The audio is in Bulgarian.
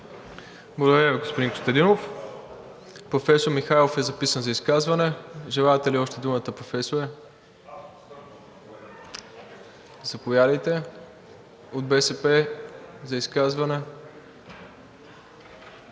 Благодаря Ви, господин Костадинов. Професор Михайлов е записан за изказване. Желаете ли още думата, професоре? Заповядайте от „БСП за България“